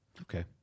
Okay